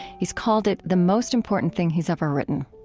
he's called it the most important thing he's ever written.